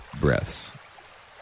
breaths